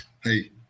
hey